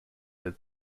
did